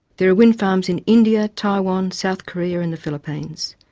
there are wind farms in india, taiwan, south korea and the philippines.